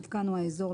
מיתקן או האזור,